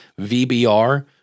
VBR